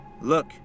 look